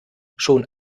schon